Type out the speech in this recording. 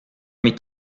mit